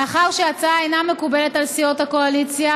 מאחר שההצעה אינה מקובלת על סיעות הקואליציה,